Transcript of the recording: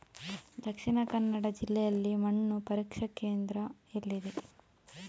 ದಕ್ಷಿಣ ಕನ್ನಡ ಜಿಲ್ಲೆಯಲ್ಲಿ ಮಣ್ಣು ಪರೀಕ್ಷಾ ಕೇಂದ್ರ ಎಲ್ಲಿದೆ?